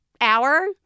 hour